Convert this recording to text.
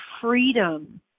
freedom